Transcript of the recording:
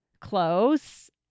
close